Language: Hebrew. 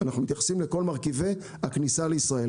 אנחנו מתייחסים לכל מרכיבי הכניסה לישראל,